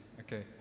okay